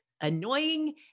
annoying